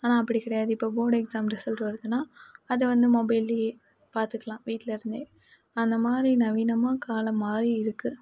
ஆனால் அப்படி கிடையாது இப்போ போர்டு எக்ஸாம் ரிசல்ட்டு வருதுன்னா அதை வந்து மொபைல்லயே பார்த்துக்குலான் வீட்டில இருந்தே அந்தமாதிரி நவீனமாக காலம் மாறி இருக்கு